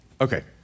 Okay